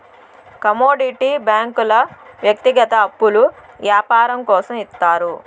commodity బ్యాంకుల వ్యక్తిగత అప్పులు యాపారం కోసం ఇత్తారు